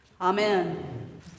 Amen